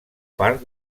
part